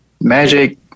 Magic